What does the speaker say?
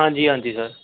ਹਾਂਜੀ ਹਾਂਜੀ ਸਰ